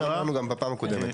כמו שאמרנו גם בפעם הקודמת.